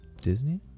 Disney